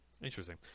interesting